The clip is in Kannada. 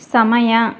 ಸಮಯ